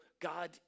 God